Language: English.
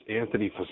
Anthony